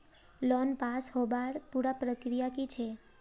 Loan pass होबार पुरा प्रक्रिया की छे?